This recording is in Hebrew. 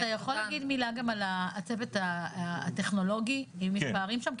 אתה יכול להגיד מילה גם על הצוות הטכנולוגי אם יש פערים שם?